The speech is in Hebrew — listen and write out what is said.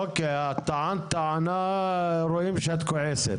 את טענת טענה ורואים שאת כועסת.